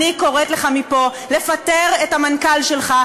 אני קוראת לך מפה לפטר את המנכ"ל שלך,